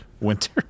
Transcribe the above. Winter